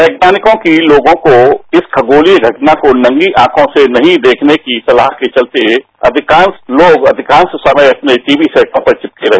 वैज्ञानिकों की लोगों को इस खगोलिया घटना को नंगी आंखों से नहीं देखने की सलाह के चलते अधिकांश लोग अधिकांश समय अपने टीवी सेटों पर विपके रहे